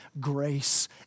grace